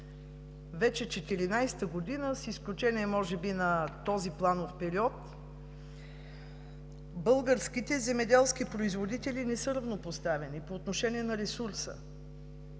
вече 14-а година, с изключение може би на този планов период, българските земеделски производители не са равнопоставени по отношение на ресурса.